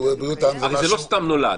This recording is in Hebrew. הרי זה לא סתם נולד.